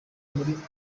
muri